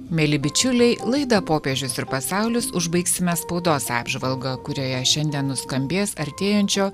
mieli bičiuliai laidą popiežius ir pasaulis užbaigsime spaudos apžvalga kurioje šiandien nuskambės artėjančio